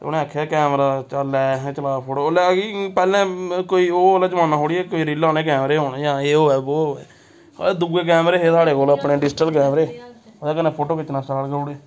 ते उ'नें आखेआ कैमरा चल लै अहें चला आ फोटो ओल्लै कि पैह्लें कोई ओह् आह्ला जमान्ना थोह्ड़ा कोई रील आह्ले कैमरे होन जां एह् होऐ वो होऐ दूए कैमरे हे साढ़े कोल अपने डिजिटल कैमरे ओह्दे कन्नै फोटो खिच्चना स्टार्ट करी ओड़े